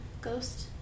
ghost